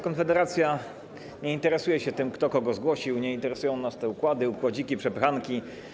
Konfederacja nie interesuje się tym, kto kogo zgłosił, nie interesują nas te układy, układziki, przepychanki.